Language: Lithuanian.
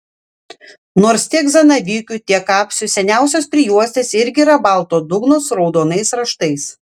nors tiek zanavykių tiek kapsių seniausios prijuostės irgi yra balto dugno su raudonais raštais